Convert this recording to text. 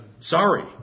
Sorry